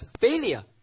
failure